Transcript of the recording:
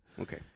Okay